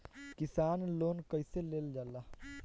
किसान लोन कईसे लेल जाला?